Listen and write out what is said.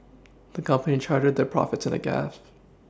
the company charted their profits in a